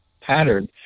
pattern